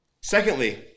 Secondly